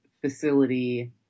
facility